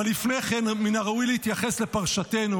אבל לפני כן מן הראוי להתייחס לפרשתנו,